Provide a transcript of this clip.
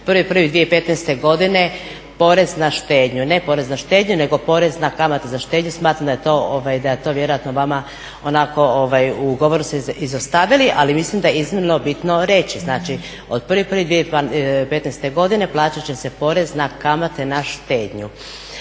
od 1.1.2015. porez na štednju. Ne porez na štednju nego porez na kamate za štednju. Smatram da je to vjerojatno vama onako u govoru ste izostavili, ali mislim da je iznimno bitno reći. Znači od 1.1.2015. plaćat će se porez na kamate na štednju.